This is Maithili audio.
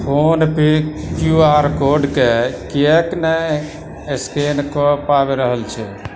फोन पे क्यू आर कोड के किएक नै स्कैन कऽ पाबि रहल छै